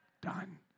done